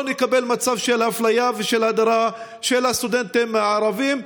לא נקבל מצב של אפליה ושל הדרה של הסטודנטים הערבים.